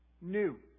new